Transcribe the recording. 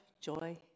joy